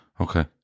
Okay